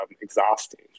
exhausting